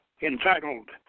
entitled